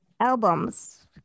albums